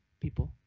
people